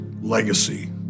legacy